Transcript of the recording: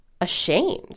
ashamed